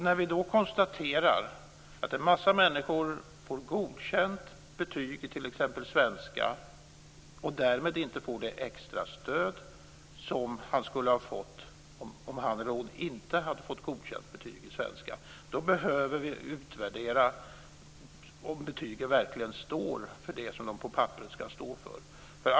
När vi då konstaterar att en massa människor får godkänt betyg i t.ex. svenska och därmed inte får det extra stöd som de skulle ha fått om de inte hade fått godkänt betyg i svenska, behöver vi utvärdera om betyget verkligen står för det som det ska stå för på papperet.